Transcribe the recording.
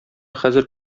хәзер